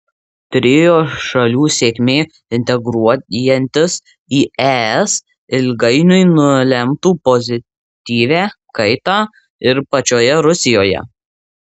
trio šalių sėkmė integruojantis į es ilgainiui nulemtų pozityvią kaitą ir pačioje rusijoje